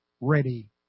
ready